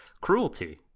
cruelty